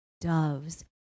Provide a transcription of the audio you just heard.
doves